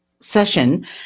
session